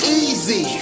easy